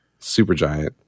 Supergiant